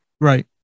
right